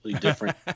different